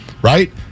Right